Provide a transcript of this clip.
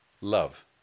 love